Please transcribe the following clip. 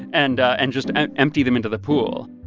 and and just ah empty them into the pool?